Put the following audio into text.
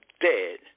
dead